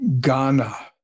Ghana